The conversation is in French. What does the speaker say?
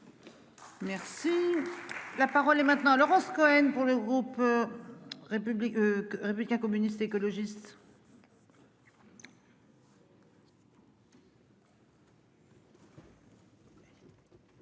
Merci. La parole est maintenant Laurence Cohen. Pour le groupe. Républic. Communistes, écologistes.